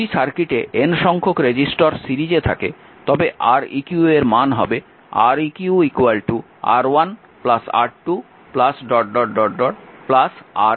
যদি সার্কিটে N সংখ্যক রেজিস্টর সিরিজে থাকে তবে Req এর মান হবে Req R1 R2 RN